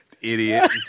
idiot